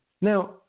Now